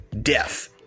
death